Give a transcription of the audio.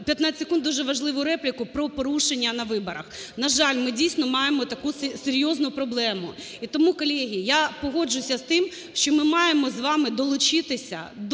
15 секунд, дуже важливу репліку про порушення на виборах. На жаль, ми, дійсно, маємо таку серйозну проблему і тому, колеги, я погоджуюся з тим, що ми маємо з вами долучитися до